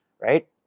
right